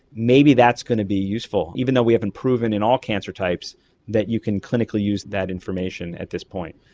maybe that's going to be useful, even though we haven't proven in all cancer types that you can clinically use that information at this point.